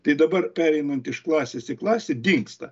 tai dabar pereinant iš klasės į klasę dingsta